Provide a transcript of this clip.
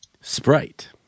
Sprite